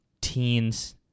Teens